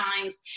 times